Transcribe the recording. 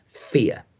Fear